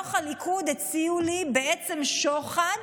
מתוך הליכוד הציעו לי בעצם שוחד